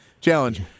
challenge